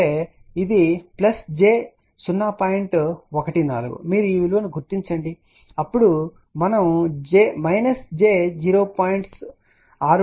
14 మీరు ఈ విలువను గుర్తించండి అంటే ఇప్పుడు మనం j 0